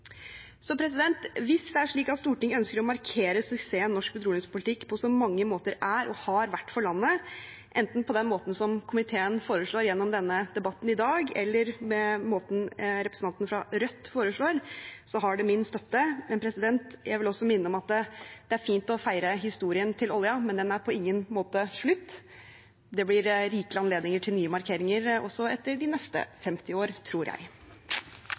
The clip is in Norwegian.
Hvis det er slik at Stortinget ønsker å markere suksessen norsk petroleumspolitikk på så mange måter er og har vært for landet, enten på den måten komiteen foreslår gjennom denne debatten i dag, eller på den måten representanten fra Rødt foreslår, har det min støtte, men jeg vil også minne om at selv om det er fint å feire historien til oljen, er den på ingen måte slutt. Det blir rikelig anledning til nye markeringer også etter de neste 50 år, tror jeg.